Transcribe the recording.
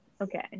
okay